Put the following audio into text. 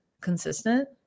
consistent